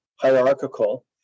hierarchical